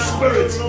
Spirit